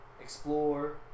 explore